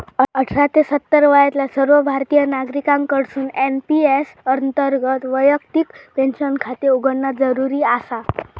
अठरा ते सत्तर वयातल्या सर्व भारतीय नागरिकांकडसून एन.पी.एस अंतर्गत वैयक्तिक पेन्शन खाते उघडणा जरुरी आसा